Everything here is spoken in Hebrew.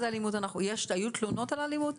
היו תלונות על אלימות?